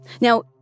Now